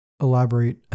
elaborate